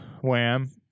Wham